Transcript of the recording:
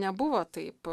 nebuvo taip